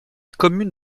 commune